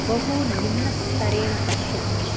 बहु निम्नस्तरेण पश्यन्ति